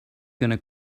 gonna